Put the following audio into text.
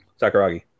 sakuragi